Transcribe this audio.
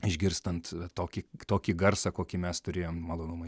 išgirstant tokį tokį garsą kokį mes turėjom malonumai